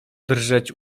drżeć